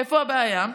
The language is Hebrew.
איפה הבעיה,